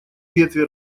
ветви